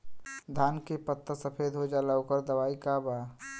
धान के पत्ता सफेद हो जाला ओकर दवाई का बा?